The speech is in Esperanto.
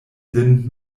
lin